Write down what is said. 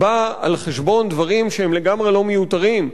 בא על חשבון דברים שהם לגמרי לא מיותרים,